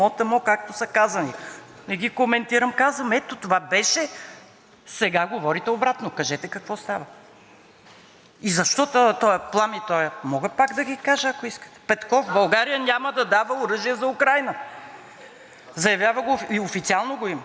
И защо този плам и този... Мога пак да ги кажа, ако искате. Петков: „България няма да дава оръжие за Украйна!“ и официално го има. „Това сме обещали и това ще направим.“ Стефан Янев: „Изпращането на военна помощ за Украйна ще удължи агонията на хората там.